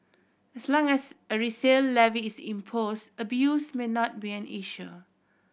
as long as a resale levy is impose abuse may not be an issue